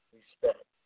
respect